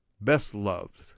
best-loved